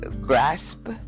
grasp